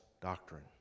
doctrine